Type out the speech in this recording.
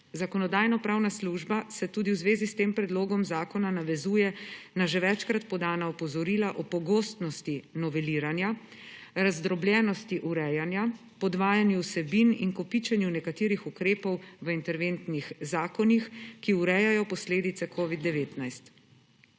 Zakonodajno-pravna služba se tudi v zvezi s tem predlogom zakona navezuje na že večkrat podana opozorila o pogostnosti noveliranja, razdrobljenosti urejanja, podvajanju vsebin in kopičenju nekaterih ukrepov v interventnih zakonih, ki urejajo posledice COVID-19.